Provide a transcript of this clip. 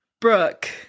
Brooke